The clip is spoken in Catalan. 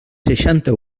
seixanta